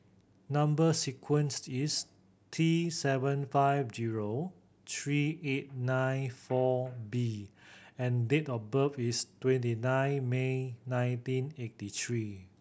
number sequence is T seven five zero three eight nine four B and date of birth is twenty nine May nineteen eighty three